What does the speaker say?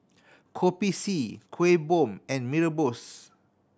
Kopi C Kuih Bom and Mee Rebus